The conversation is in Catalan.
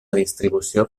distribució